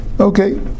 Okay